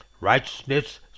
Righteousness